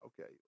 Okay